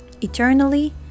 eternally